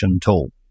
tool